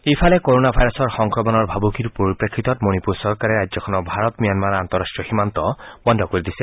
ইফালে corona ভাইৰাছৰ সংক্ৰমণৰ ভাবুকিৰ পৰিপ্ৰেক্ষিত মণিপুৰ চৰকাৰে ৰাজ্যখনৰ ভাৰত ম্যানমাৰ আন্তৰাষ্টীয় সীমান্ত বন্ধ কৰি দিছে